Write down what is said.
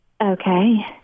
Okay